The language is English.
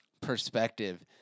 perspective